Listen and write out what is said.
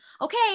okay